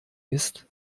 ist